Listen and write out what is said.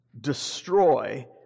destroy